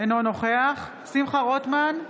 אינו נוכח שמחה רוטמן,